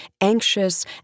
anxious